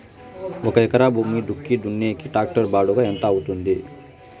ఒక ఎకరా భూమి దుక్కి దున్నేకి టాక్టర్ బాడుగ ఎంత అవుతుంది?